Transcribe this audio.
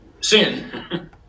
sin